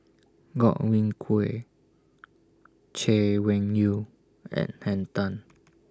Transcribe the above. Godwin Koay Chay Weng Yew and Henn Tan